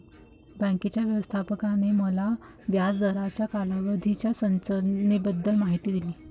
बँकेच्या व्यवस्थापकाने मला व्याज दराच्या कालावधीच्या संरचनेबद्दल माहिती दिली